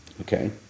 Okay